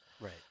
Right